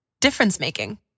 difference-making